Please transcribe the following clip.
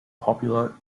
popular